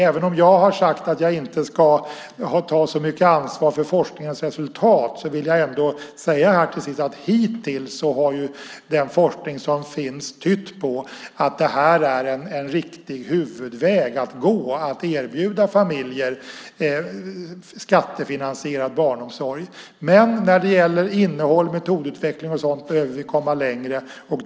Även om jag har sagt att jag inte ska ta så mycket ansvar för forskningens resultat vill jag ändå till sist säga att hittills har den forskning som finns tytt på att det är en riktig huvudväg att gå att erbjuda familjer skattefinansierad barnomsorg. När det gäller innehåll, metodutveckling och sådant behöver vi komma längre.